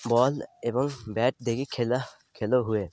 ball ଏବଂ bat ଦେଖି ଖେଲା ଖେଲ ହୁଏ